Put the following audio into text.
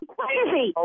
crazy